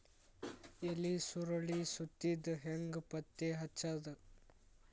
ಎಲಿ ಸುರಳಿ ಸುತ್ತಿದ್ ಹೆಂಗ್ ಪತ್ತೆ ಹಚ್ಚದ?